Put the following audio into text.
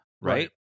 Right